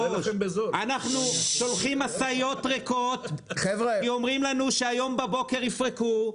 אנחנו שולחים משאיות ריקות כי אומרים לנו שהיום בבוקר יפרקו,